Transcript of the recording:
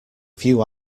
few